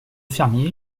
fermier